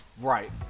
Right